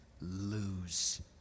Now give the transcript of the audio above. lose